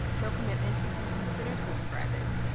no commitment you can consider subscribing.